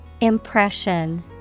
Impression